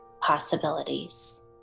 possibilities